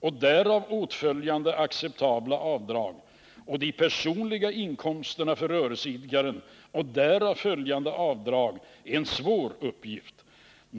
och därav åtföljande acceptabla avdrag och på beskattningen av de personliga inkomsterna för rörelseidkaren och därav följande avdrag är en svår uppgift.